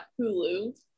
Hulu